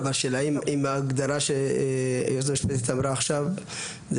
השאלה אם ההגדרה שהיועצת המשפטית אמרה עכשיו זה